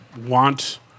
want